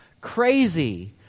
crazy